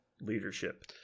leadership